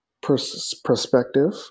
perspective